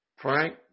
Frank